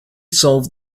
solve